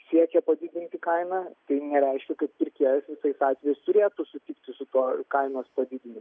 siekia padidinti kainą tai nereiškia kad pirkėjas visais atvejais turėtų sutikti su tuo kainos padidinimu